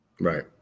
Right